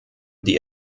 die